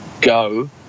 go